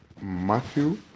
Matthew